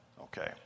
okay